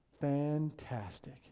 fantastic